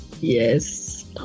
Yes